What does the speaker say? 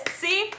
see